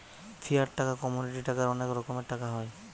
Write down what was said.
fiat টাকা, commodity টাকার অনেক রকমের টাকা হয়